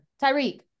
Tyreek